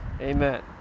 Amen